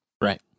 Right